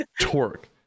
torque